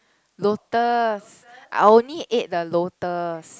lotus I only ate the lotus